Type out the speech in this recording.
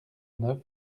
neuf